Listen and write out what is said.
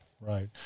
Right